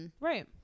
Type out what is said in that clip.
Right